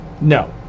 no